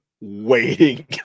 waiting